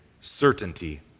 certainty